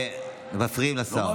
מפריעים לשר.